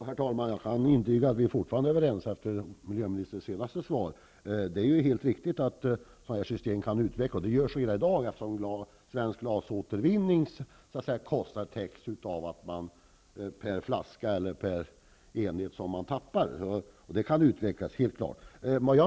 Herr talman! Jag kan intyga att vi fortfarande är överens efter miljöministerns senaste svar. Det är helt riktigt att sådana system kan utvecklas. Det görs redan i dag. Svensk glasåtervinnings kostnad täcks av att man tar ut en avgift per flaska eller enhet som man tappar. Det kan utvecklas.